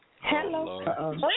Hello